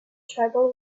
tribal